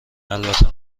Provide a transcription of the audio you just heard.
البته